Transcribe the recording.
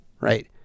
Right